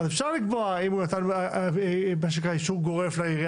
אפשר לקבוע: אם הוא נתן אישור גורף לעירייה